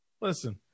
listen